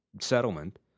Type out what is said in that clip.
settlement